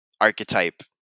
archetype